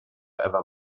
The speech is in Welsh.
efo